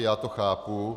Já to chápu.